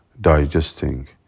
digesting